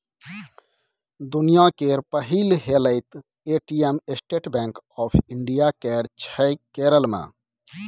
दुनियाँ केर पहिल हेलैत ATM State Bank of India केर छै केरल मे